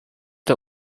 the